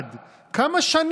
כמה מדינות לכד?